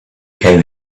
came